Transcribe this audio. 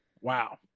wow